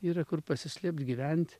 yra kur pasislėpt gyvent